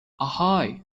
آهای